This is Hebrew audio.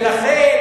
ולסיום.